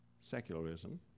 secularism